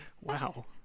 Wow